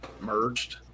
merged